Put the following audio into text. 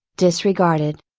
disregarded.